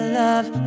love